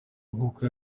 nkuko